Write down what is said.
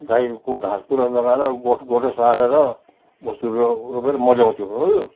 गाईको घाँस पुरा लगाएर गोठ गोठमा सारेर वस्तुहरू रो रोपेर मोल्याउँथ्यौँ हो